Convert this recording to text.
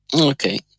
Okay